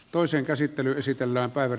toisen käsittely pysytellä päivän